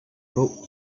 book